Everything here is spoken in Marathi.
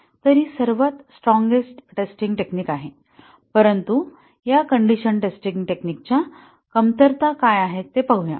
तर ही सर्वात स्ट्रँगेस्ट टेस्टिंग आहे परंतु या कंडिशन टेस्टिंग टेक्निक च्या कमतरता काय आहेत ते पाहूया